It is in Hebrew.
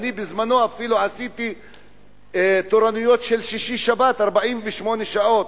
ואני בזמני אפילו עשיתי תורנויות של שישי-שבת 48 שעות,